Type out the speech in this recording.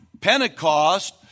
Pentecost